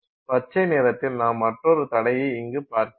பச்சை நிறத்தில் நாம் மற்றொரு தடையை இங்கு பார்க்கிறோம்